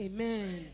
Amen